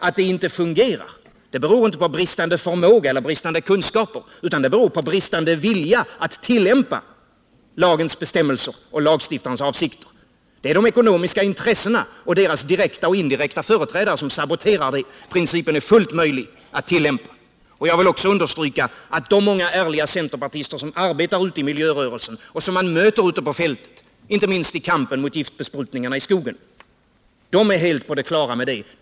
Att det inte fungerar beror inte på bristande förmåga eller bristande kunskaper utan på bristande vilja att tillämpa lagens bestämmelser och lagstiftarens avsikter. Det är de ekonomiska intressena och deras direkta och indirekta företrädare som saboterar. Principen är fullt möjlig att tillämpa. Jag vill understryka att de många ärliga centerpartister som arbetar i miljörörelsen och som man möter ute på fältet, inte minst i kampen mot giftbesprutningarna i skogen, är helt på det klara med detta.